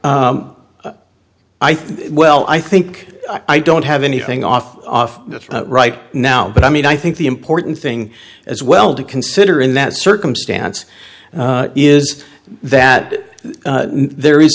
think well i think i don't have anything off off right now but i mean i think the important thing as well to consider in that circumstance is that there is